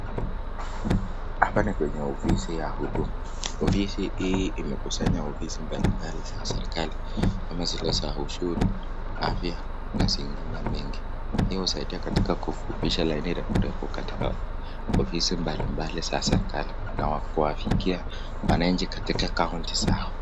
Hapa ni kwenye ofisi ya huduma. Ofisi hii imekusanya ofisi mbalimbali za serikali kama zile za ushuru, afya na zingine mengi. Hii husaidia katika kufupisha laini refurefu katika ofisi mbalimbali za serikali na kuwafikia wananchi katika (cs)county(cs) zao